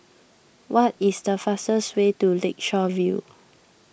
what is the fastest way to Lakeshore View